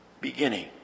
beginning